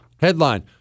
Headline